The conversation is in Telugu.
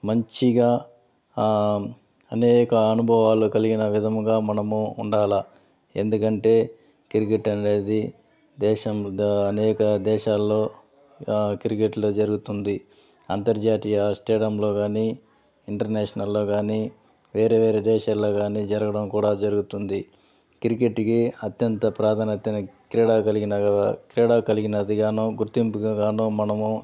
మంచిగా అనేక అనుభవాలు కలిగిన విధముగా మనము ఉండాలా ఎందుకంటే క్రికెట్ అనేది దేశం అనేక దేశాల్లో క్రికెట్లు జరుగుతుంది అంతర్జాతీయ స్టేడియంలో కాని ఇంటర్నేషనల్లో కాని వేరే వేరే దేశాల్లో కాని జరగడం కూడా జరుగుతుంది క్రికెట్కి అత్యంత ప్రాధాన్యత క్రీడా కలిగిన క్రీడా కలిగినదిగాను గుర్తింపుగాను మనము